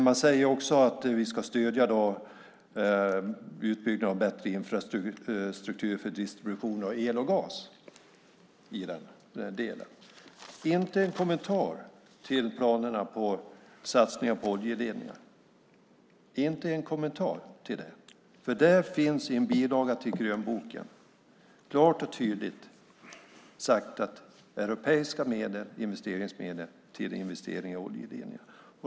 Man säger också att vi ska stödja en utbyggnad av bättre infrastruktur för distribution av el och gas, men inte en kommentar till planerna på satsningar på oljeledningar, inte en kommentar! Det finns i en bilaga till grönboken klart och tydligt uttalat om europeiska investeringsmedel till investeringar till oljeledning.